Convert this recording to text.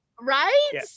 Right